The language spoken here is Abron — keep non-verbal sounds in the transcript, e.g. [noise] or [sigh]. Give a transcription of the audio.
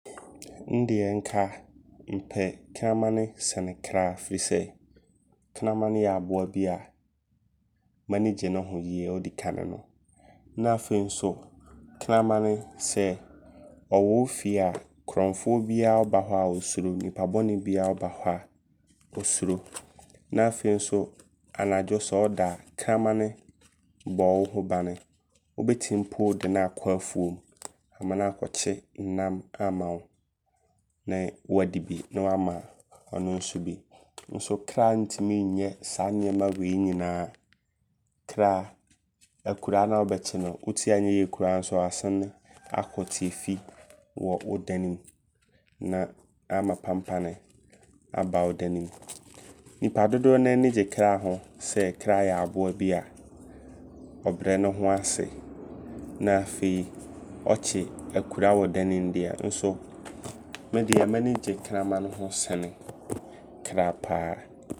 Ndeɛ nka mpɛ kramane sene kra firi sɛ, kramane yɛ aboa bia m'ani gye ne ho yie odikane no. Na afei nso kramane sɛ ɔwɔ wo fie a, korɔmfoɔ biaa ɔɔba hɔ a ɔsuro. Nnipa bɔnee biaa ɔɔba hɔ a ɔsuro. [noise] Na afei nso anadwo sɛ woda a kramane bɔ wo ho bane. Wobɛtim po de no akɔ afuom ma naakɔkye nam ama wo ne wadi bi ne wama ɔno nso bi. Nso kra ntimi nyɛ saa nneɛma wei nyinaa. Kra, akura na ɔbɛkye no wo ti anyɛ yie koraa so asane akɔ tiafi wɔ wo dane mu. Na ama papane aba wo dane mu. [noise] Nnipa dodoɔ naa anigye kra ho. Sɛ kra yɛ aboa bia ɔbrɛ ne ho ase. Na afei ɔkye akura wɔ dane mu deɛ nso medeɛ m'anigye [noise] kramane ho sene kra paa.